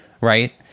right